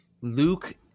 Luke